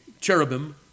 cherubim